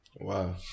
Wow